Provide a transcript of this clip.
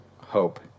hope